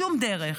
בשום דרך.